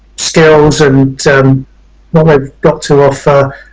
skills and what they've got to offer.